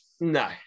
no